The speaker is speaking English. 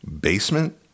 basement